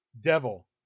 Devil